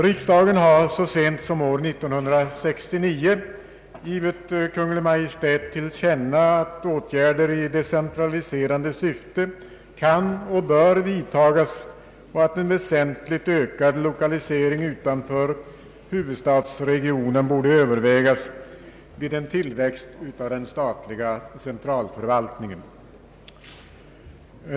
Riksdagen har så sent som år 1969 givit Kungl. Maj:t till känna att åtgärder i decentraliserande syfte kan och bör vidtagas och att en väsentligt ökad lokalisering utanför huvudstadsregionen borde övervägas vid en tillväxt av den statliga centralförvaltningen.